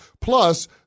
Plus